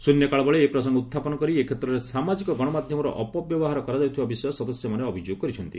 ଶ୍ରନ୍ୟକାଳ ବେଳେ ଏ ପ୍ରସଙ୍ଗ ଉତ୍ଥାପନ କରି ଏ କ୍ଷେତ୍ରରେ ସାମାଜିକ ଗଣମାଧ୍ୟମର ଅପବ୍ୟବହାର କରାଯାଉଥିବା ବିଷୟ ସଦସ୍ୟମାନେ ଅଭିଯୋଗ କରିଛନ୍ତି